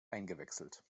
eingewechselt